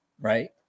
Right